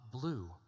blue